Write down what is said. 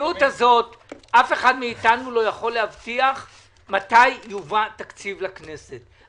אף אחד מאיתנו לא יכול לדעת מתי יובא תקציב לכנסת.